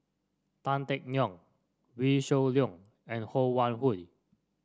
Tan Teck Neo Wee Shoo Leong and Ho Wan Hui